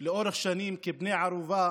לאורך שנים כבני ערובה